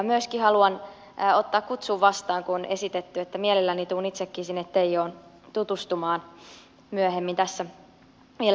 myöskin haluan ottaa kutsun vastaan kun on esitetty että mielelläni tulen itsekin sinne teijoon tutustumaan myöhemmin tässä vielä syksyn aikana